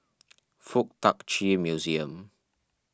Fuk Tak Chi Museum